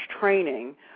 training